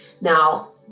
Now